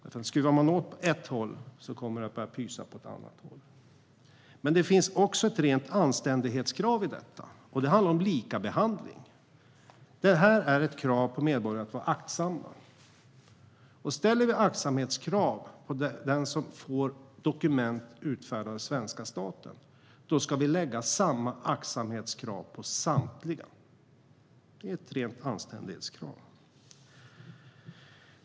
Om man skruvar åt på ett håll kommer det att börja pysa på ett annat. Det finns också ett rent anständighetskrav i detta. Det handlar om likabehandling. Detta är ett krav på medborgare att vara aktsamma. Om vi ställer aktsamhetskrav på dem som får dokument utfärdade av svenska staten ska vi ställa samma aktsamhetskrav på samtliga. Det är ett rent anständighetskrav.